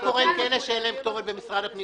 מה קורה עם כאלה שאין להם כתובת במשרד הפנים?